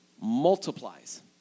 multiplies